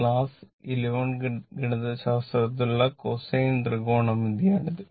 class 11 ഗണിതശാസ്ത്രത്തിലുള്ള cosine ത്രികോണമിതി ആണിത്